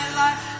life